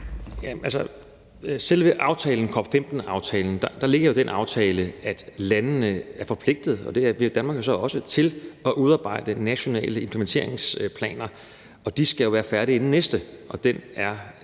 selve COP15-aftalen indebærer, at landene er forpligtet – og det er Danmark jo så også – til at udarbejde nationale implementeringsplaner, og de skal jo være færdige i efteråret 2024.